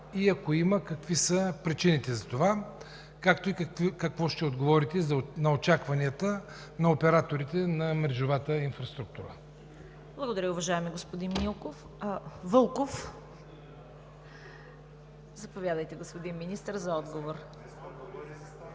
и ако има, какви са причините за това, както и какво ще отговорите на очакванията на операторите на мрежовата инфраструктура? ПРЕДСЕДАТЕЛ ЦВЕТА КАРАЯНЧЕВА: Благодаря, уважаеми господин Вълков. Заповядайте, господин Министър, за отговор.